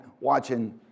watching